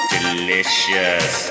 Delicious